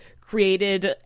created